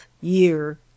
year